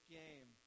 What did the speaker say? game